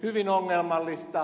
hyvin ongelmallista